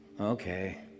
Okay